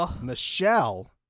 Michelle